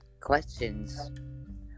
questions